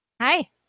Hi